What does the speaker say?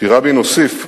כי רבין הוסיף: